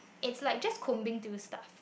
is like just combing to stuff lah